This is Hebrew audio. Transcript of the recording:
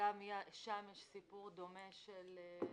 שגם שם יש סיפור דומה של התאגיד,